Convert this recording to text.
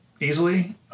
easily